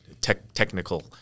technical